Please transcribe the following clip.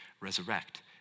resurrect